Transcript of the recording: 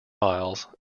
miles